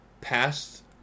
past